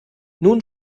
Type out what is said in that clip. nun